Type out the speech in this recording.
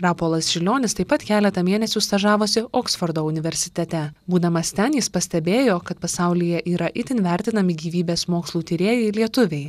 rapolas žilionis taip pat keletą mėnesių stažavosi oksfordo universitete būdamas ten jis pastebėjo kad pasaulyje yra itin vertinami gyvybės mokslų tyrėjai lietuviai